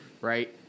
right